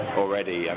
already